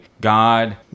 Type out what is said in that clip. God